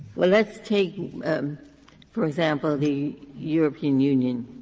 let's take, um and for example, the european union,